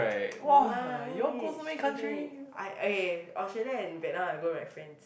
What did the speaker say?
no lah where got rich two only I okay Australia and Vietnam I go with my friends